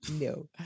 no